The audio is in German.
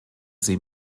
sie